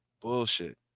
Bullshit